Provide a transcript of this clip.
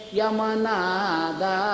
yamanada